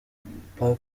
mkapa